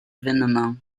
évènements